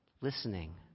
Listening